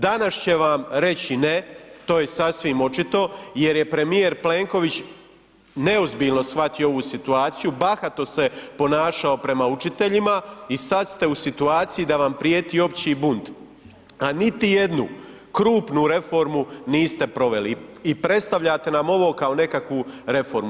Danas će vam reći ne, to je sasvim očito jer je premijer Plenković neozbiljno shvatio ovu situaciju, bahato se ponašao prema učiteljima i sada ste u situaciji da vam prijeti opći bunt a niti jednu krupnu reformu niste proveli i predstavljate nam ovo kao nekakvu reformu.